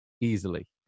easily